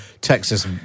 Texas